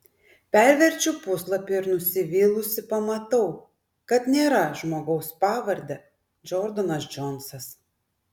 perverčiu puslapį ir nusivylusi pamatau kad nėra žmogaus pavarde džordanas džonsas